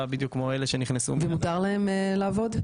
בדיוק כמו אלה שנכנסו --- ומותר להם לעבוד?